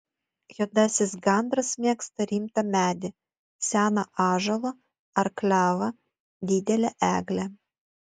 juodasis gandras mėgsta rimtą medį seną ąžuolą ar klevą didelę eglę